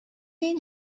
این